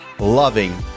Loving